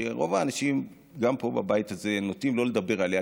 שרוב האנשים גם פה בבית הזה נוטים שלא לדבר עליה,